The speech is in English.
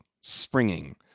springing